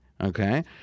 okay